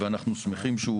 היא לעגן את